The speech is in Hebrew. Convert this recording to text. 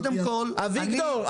אביגדור,